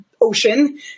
ocean